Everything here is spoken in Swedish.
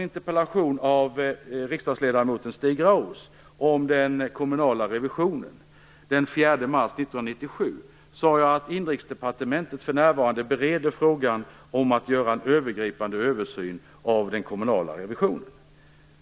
den 4 mars 1997 sade jag att Inrikesdepartementet för närvarande bereder frågan om att göra en övergripande översyn av den kommunala revisionen.